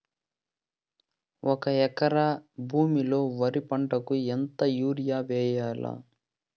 ఒక ఎకరా భూమిలో వరి పంటకు ఎంత యూరియ వేయల్లా?